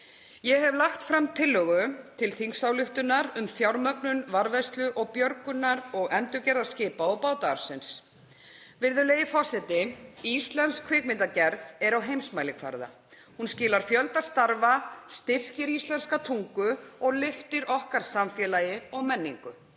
Ég hef lagt fram tillögu til þingsályktunar um fjármögnun varðveislu, björgunar og endurgerðar skipa- og bátaarfsins. Virðulegi forseti. Íslensk kvikmyndagerð er á heimsmælikvarða. Hún skilar fjölda starfa, styrkir íslenska tungu og lyftir okkar samfélagi og menningu.